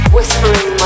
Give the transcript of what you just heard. Whispering